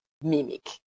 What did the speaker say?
mimic